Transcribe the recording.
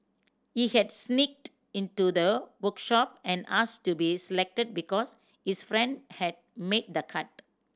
he had sneaked into the workshop and asked to be selected because his friend had made the cut